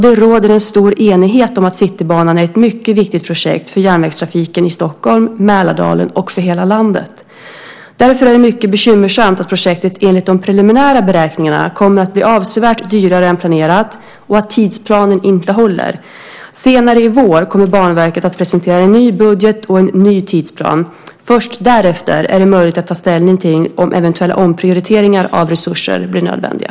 Det råder en stor enighet om att Citybanan är ett mycket viktigt projekt för järnvägstrafiken i Stockholm, Mälardalen och hela landet. Därför är det mycket bekymmersamt att projektet enligt de preliminära beräkningarna kommer att bli avsevärt dyrare än planerat och att tidsplanen inte håller. Senare i vår kommer Banverket att presentera en ny budget och en ny tidsplan. Först därefter är det möjligt att ta ställning till om eventuella omprioriteringar av resurser blir nödvändiga.